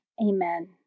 Amen